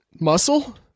muscle